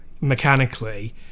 mechanically